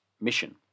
mission